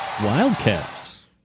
Wildcats